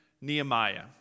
Nehemiah